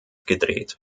gedreht